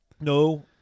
No